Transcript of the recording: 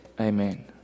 Amen